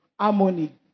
harmony